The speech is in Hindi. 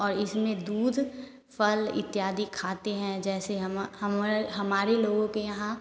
और इसमें दूध फल इत्यादि खाते हैं जैसे हमारे लोगों के यहाँ